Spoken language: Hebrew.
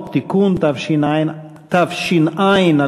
התשע"ב